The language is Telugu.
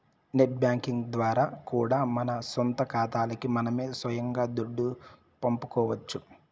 నెట్ బ్యేంకింగ్ ద్వారా కూడా మన సొంత కాతాలకి మనమే సొయంగా దుడ్డు పంపుకోవచ్చు